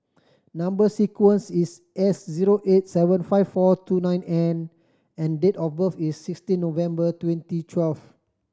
number sequence is S zero eight seven five four two nine N and date of birth is sixteen November twenty twelve